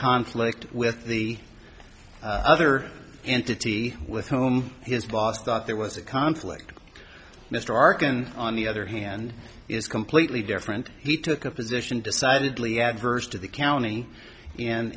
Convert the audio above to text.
conflict with the other entity with home his boss that there was a conflict mr arkin on the other hand is completely different he took a position decidedly adverse to the county and